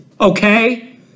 okay